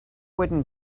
wooden